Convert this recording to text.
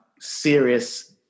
serious